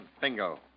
bingo